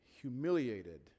humiliated